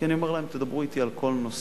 כי אני אומר להם: תדברו אתי על כל נושא,